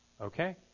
okay